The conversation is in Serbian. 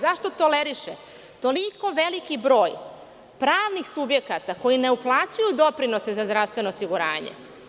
Zašto toleriše toliko veliki broj pravnih subjekata koji ne uplaćuju doprinose za zdravstveno osiguranje?